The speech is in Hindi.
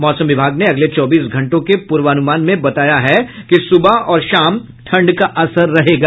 मौसम विभाग ने अगले चौबीस घंटों के पूर्वानुमान में बताया है कि सुबह और शाम ठंड का असर रहेगा